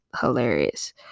hilarious